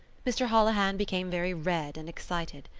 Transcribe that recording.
mr. holohan became very red and excited.